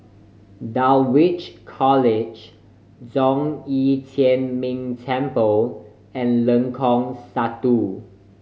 Dulwich College Zhong Yi Tian Ming Temple and Lengkong Satu